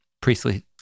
priestly